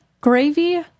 Gravy